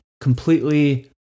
completely